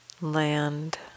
land